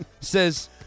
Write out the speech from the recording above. says